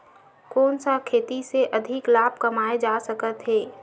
कोन सा खेती से अधिक लाभ कमाय जा सकत हे?